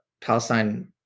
Palestine